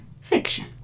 Fiction